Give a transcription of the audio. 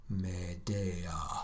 medea